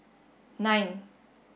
nine